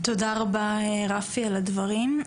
תודה רבה רפי על הדברים.